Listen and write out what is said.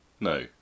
No